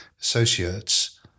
associates